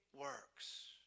works